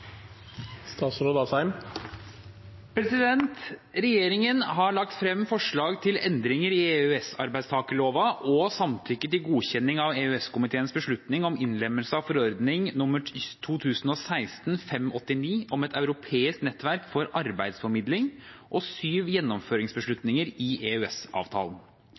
Regjeringen har lagt frem forslag til endringer i EØS-arbeidstakerloven og samtykke til godkjenning av EØS-komiteens beslutning om innlemmelse av forordning nr. 2016/589 om et europeisk nettverk for arbeidsformidling og syv gjennomføringsbeslutninger i